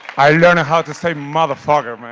i learn how to say motherfucker, man